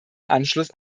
anschluss